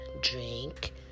drink